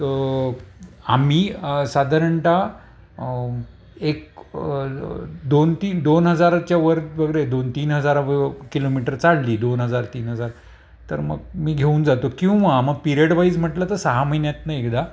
आम्ही साधारणता एक दोन तीन दोन हजाराच्या वर बगरे दोन तीन हजारा व किलोमीटर चाळली दोन हजार तीन हजार तर मग मी घेऊन जातो किंवा मग पिरियडवाईज म्हटलं तर सहा महिन्यात नाई एकदा